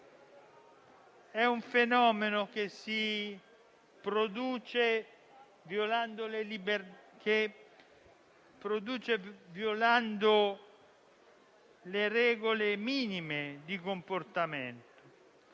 È un fenomeno che si produce violando le regole minime di comportamento.